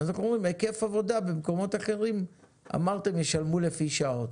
אז אנחנו אומרים היקף עבודה במקומות אחרים אמרתם ישלמו לפי שעות.